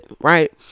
right